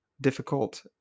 difficult